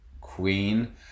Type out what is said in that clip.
queen